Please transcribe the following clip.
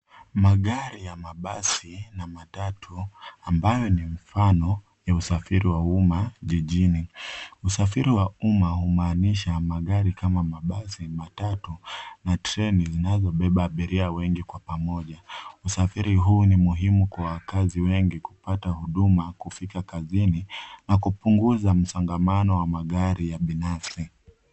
Magari ya mabasi na matatu ambayo ni mfano ya usafiri wa umma jijini. Usafiri wa umma humaanisha magari kama mabasi, matatu na treni zinazobeba abiria wengi kwa pamoja. Usafiri huu ni muhimu kwa wakazi wengi kupata huduma kufika kazini na kupunguza msongamano wa magari ya binafsi.